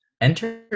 Enter